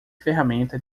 ferramenta